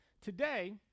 today